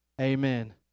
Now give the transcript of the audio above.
amen